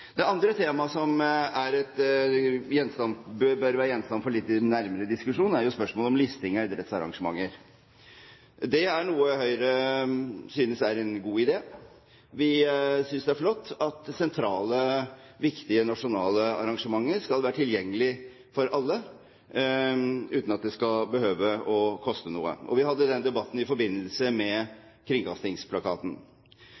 Det andre temaet som bør være gjenstand for litt nærmere diskusjon, er spørsmålet om listing av idrettsarrangementer. Det er noe Høyre synes er en god idé. Vi synes det er flott at sentrale, viktige nasjonale arrangementer skal være tilgjengelig for alle uten at det skal behøve å koste noe. Vi hadde den debatten i forbindelse